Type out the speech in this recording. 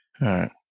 right